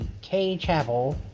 K-Chapel